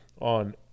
on